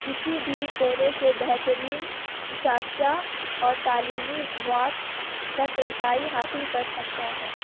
کسی بھی کونے سے بہترین اساتذہ اور تعلیمی مواد تک رسائی حاصل کر سکتا ہے